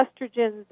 estrogen's